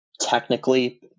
Technically